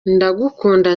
ndagukunda